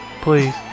Please